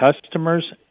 customers